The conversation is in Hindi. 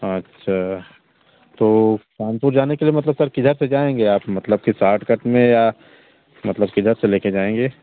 अच्छा तो कानपुर जाने के लिए मतलब सर किधर से जाएँगे आप मतलब कि सार्टकट में या मतलब किधर से लेकर जाएँगे